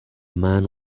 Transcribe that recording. man